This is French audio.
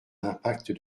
l’impact